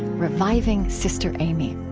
reviving sister aimee.